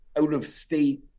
out-of-state